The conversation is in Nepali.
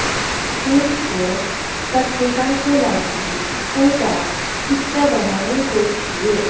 स्कुलको पत्रिकाको लागि एउटा चित्र बनाएको थिएँ